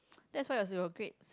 that's why it was your grades